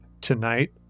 tonight